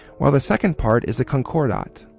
while the second part is the concordat.